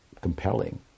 compelling